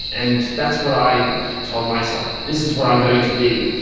and that's what i told myself, this is what i'm going to be,